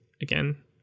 again